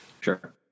Sure